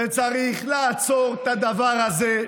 וצריך לעצור את הדבר הזה.